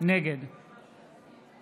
נגד יואב קיש, אינו נוכח